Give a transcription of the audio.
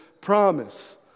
promise